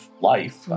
life